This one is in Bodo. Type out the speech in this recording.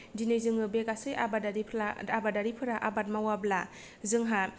दिनै जोङो बे गासै आबादारिफोरा आबाद मावाब्ला जोंहा